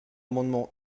amendement